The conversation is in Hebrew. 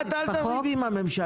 את אל תריבי עם הממשלה.